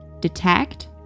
Detect